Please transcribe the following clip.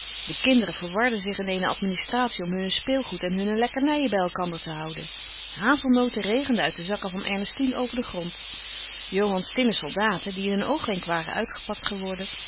de kinderen verwarden zich in eene administratie om hun speelgoed en hunne lekkernijen bij elkander te houden hazelnoten regenden uit de zakken van ernestine over den grond johans tinnen soldaten die in een oogwenk waren uitgepakt geworden